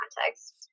context